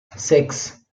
six